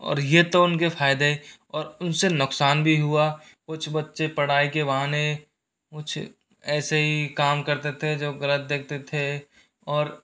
और ये तो उनके फ़ायदे है और उन से नुक़सान भी हुआ कुछ बच्चे पढ़ाई के बहाने कुछ ऐसे ही काम करते थे जो ग़लत देखते थे और